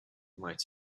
might